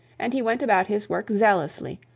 and he went about his work zealously,